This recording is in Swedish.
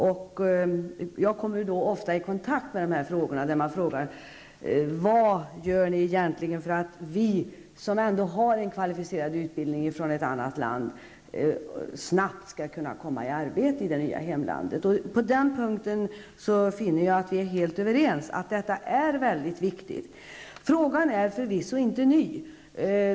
Och jag kommer då ofta i kontakt med frågor om vad vi egentligen gör för att de människor som ändå har en kvalificerad utbildning från ett annat land snabbt skall komma i arbete i det nya hemlandet. På den punkten finner jag att vi är helt överens om att detta är mycket viktigt. Och frågan är förvisso inte ny.